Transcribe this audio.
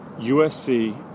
USC